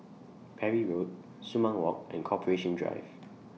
Parry Road Sumang Walk and Corporation Drive